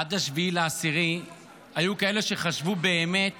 עד 7 באוקטובר היו כאלה שחשבו באמת